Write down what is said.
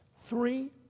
Three